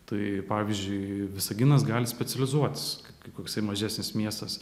tai pavyzdžiui visaginas gali specializuotis kaip koksai mažasis miestas